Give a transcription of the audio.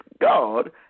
God